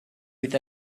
with